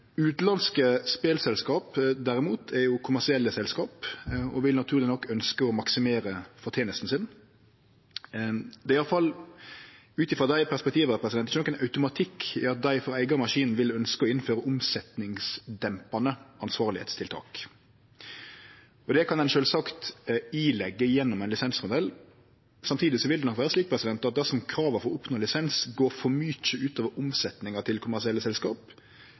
Utanlandske spelselskap, derimot, er kommersielle selskap og vil naturleg nok ønske å maksimere fortenesta si. Det er iallfall, ut frå dei perspektiva, ikkje nokon automatikk i at dei for eigen maskin vil ønskje å innføre omsetjingsdempande ansvarlegheitstiltak. Det kan ein sjølvsagt påleggje gjennom ein lisensmodell. Samtidig vil det nok vere slik at dersom krava for å oppnå lisens går for mykje ut over omsetjinga til kommersielle selskap,